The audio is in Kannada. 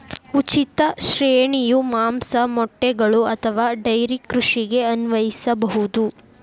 ಉಚಿತ ಶ್ರೇಣಿಯು ಮಾಂಸ, ಮೊಟ್ಟೆಗಳು ಅಥವಾ ಡೈರಿ ಕೃಷಿಗೆ ಅನ್ವಯಿಸಬಹುದು